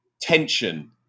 tension